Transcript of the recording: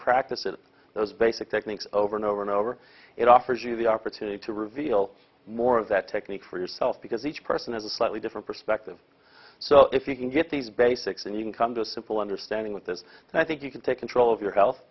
practice it those basic techniques over and over and over it offers you the opportunity to reveal more of that technique for yourself because each person has a slightly different perspective so if you can get these basics and you come to a simple understanding with this and i think you can take control of your health